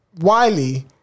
Wiley